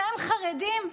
שהם חרדים,